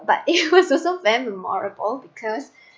but it was so very memorable because